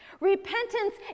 Repentance